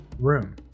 room